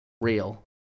real